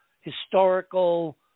historical